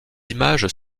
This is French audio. images